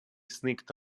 sneaked